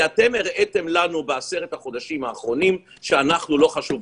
אתם הראיתם לנו בעשרת החודשים האחרונים שאנחנו לא חשובים.